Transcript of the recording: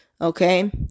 okay